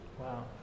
Wow